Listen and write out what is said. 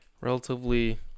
relatively